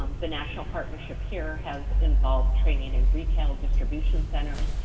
um the national partnership here has involved training in retail distribution centers.